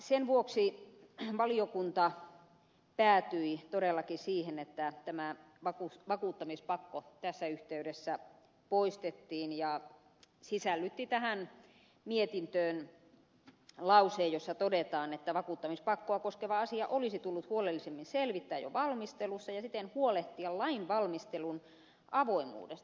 sen vuoksi valiokunta päätyi todellakin siihen että tämä vakuuttamispakko tässä yhteydessä poistettiin ja sisällytti tähän mietintöön lauseen jossa todetaan että vakuuttamispakkoa koskeva asia olisi tullut huolellisemmin selvittää jo valmistelussa ja siten huolehtia lain valmistelun avoimuudesta